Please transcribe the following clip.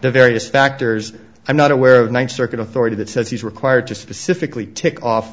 the various factors i'm not aware of one circuit authority that says he's required to specifically take off